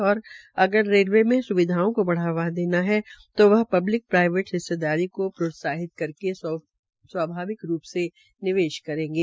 उन्होंने कहा कि अगर रेलवे मे स्विधाओं का बढ़ाना है तो वह पब्लिक प्राईवेट हिस्सेदारी को प्रोत्साहित करके स्वाभविक रूप से निवेश करेंगे